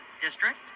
district